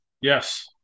Yes